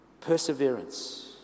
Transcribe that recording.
perseverance